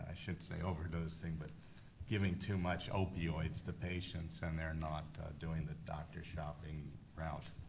i shouldn't say overdosing, but giving too much opioids to patients and they're not doing the doctor shopping route.